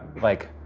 like,